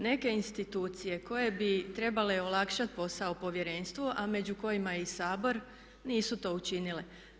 Neke institucije koje bi trebale olakšati posao Povjerenstvu, a među kojima je i Sabor nisu to učinile.